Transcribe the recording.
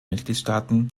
mitgliedstaaten